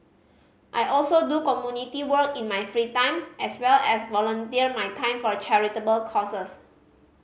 I also do community work in my free time as well as volunteer my time for charitable causes